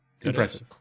impressive